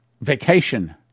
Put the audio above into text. vacation